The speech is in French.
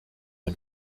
une